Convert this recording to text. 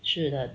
是的